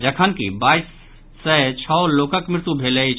जखनकि बाईस सय छओ लोकक मृत्यु भेल अछि